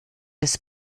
des